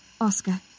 Oscar